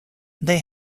they